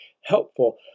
helpful